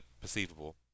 perceivable